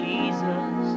Jesus